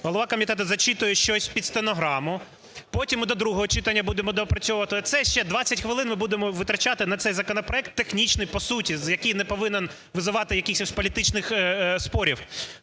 голова комітету зачитує щось під стенограму. Потім ми до другого читання будемо доопрацьовувати оце ще 20 хвилин ми будемо витрачати на цей законопроект, технічний по суті, який не повинен визивати якихось політичних спорів.